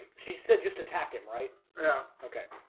she said just attack him right. yeah, okay,